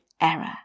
error